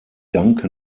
danke